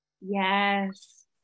Yes